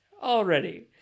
already